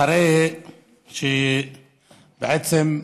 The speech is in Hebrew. אחרי שבעצם הסתכלתי,